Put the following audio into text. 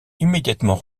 immédiatement